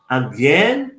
again